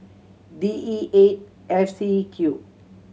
D E eight F C Q